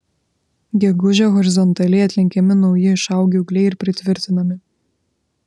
gegužę horizontaliai atlenkiami nauji išaugę ūgliai ir pritvirtinami